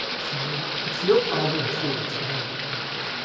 so it's your problem too. it's all of our problems.